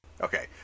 Okay